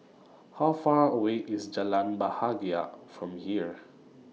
How Far away IS Jalan Bahagia from here